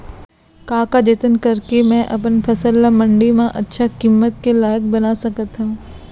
का का जतन करके मैं अपन फसल ला मण्डी मा अच्छा किम्मत के लाइक बना सकत हव?